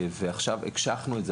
ועכשיו גם הקשחנו את זה,